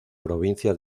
provincia